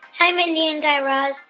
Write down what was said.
hi. mindy and guy raz.